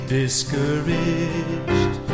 discouraged